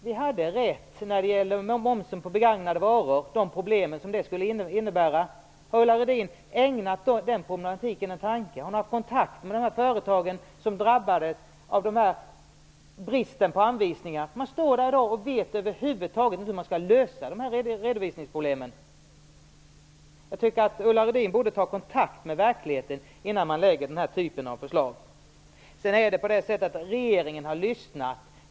Vi hade rätt när det gäller de problem som momsen på begagnade varor skulle innebära. Har Ulla Rudin ägnat den problematiken en tanke? Har hon haft kontakt med de företag som drabbades av bristen på anvisningar? De står där i dag och vet över huvud taget inte hur de skall lösa de här redovisningsproblemen. Jag tycker att man borde ta kontakt med verkligheten innan man lägger den här typen av förslag. Regeringen har lyssnat.